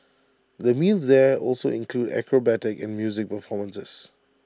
the meals there also include acrobatic and music performances